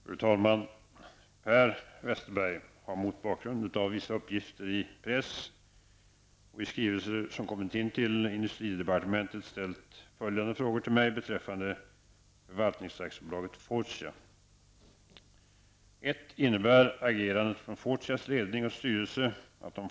Fru talman! Per Westerberg har mot bakgrund av vissa uppgifter i press och i skrivelser som kommit in till industridepartementet ställt följande frågor till mig beträffande Förvaltningsaktiebolaget Fortia: 4.